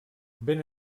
ben